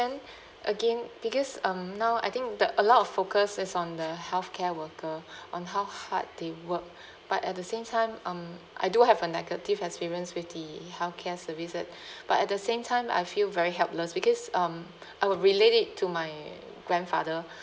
then again because um now I think the a lot of focus is on the healthcare worker on how hard they work but at the same time um I do have a negative experience with the healthcare services but at the same time I feel very helpless because um I will relate it to my grandfather